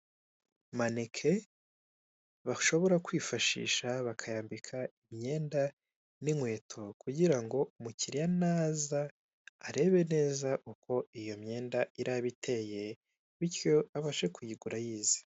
Maneke bashobora kwifashisha bakayambika imyenda n'inkweto kugira ngo umukiliya naza arebe neza uko iyo myenda iraba iteye, bityo abashe kuyigura ayizi.